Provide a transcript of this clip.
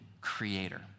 creator